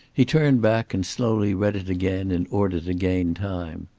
he turned back, and slowly read it again in order to gain time.